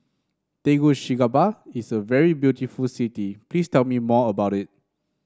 Tegucigalpa is a very beautiful city please tell me more about it